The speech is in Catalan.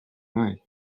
mai